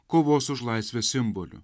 kovos už laisvę simboliu